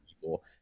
people